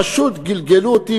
פשוט גלגלו אותי,